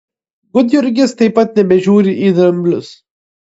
gudjurgis taip pat nebežiūri į dramblius